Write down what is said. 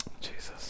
Jesus